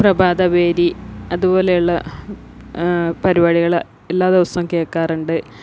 പ്രഭാത ഭേരി അതുപോലെയുള്ള പരിപാടികൾ എല്ലാ ദിവസവും കേൾക്കാറുണ്ട്